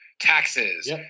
taxes